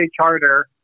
charter